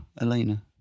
Elena